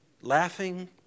laughing